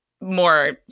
more